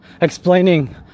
explaining